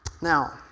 Now